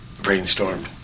brainstormed